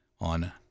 on